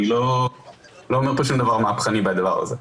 אני לא אומר פה שום דבר מהפכני בדבר הזה.